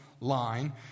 line